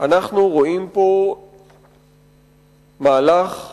אנחנו רואים פה מהלך מדאיג.